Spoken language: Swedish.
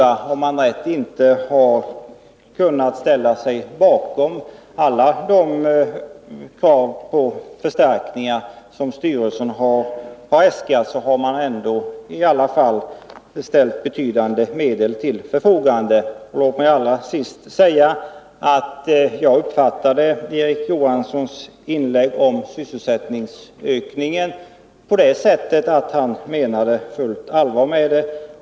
Även om man inte kunnat ansluta sig till styrelsens alla krav på förstärkningar, har man i alla fall ställt betydande medel till förfogande. Låt mig allra sist säga att jag uppfattade Erik Johanssons inlägg om sysselsättningsökningen på det sättet att han menade fullt allvar.